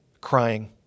crying